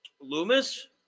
Loomis